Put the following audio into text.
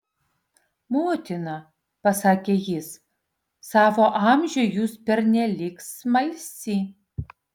motina pasakė jis savo amžiui jūs pernelyg smalsi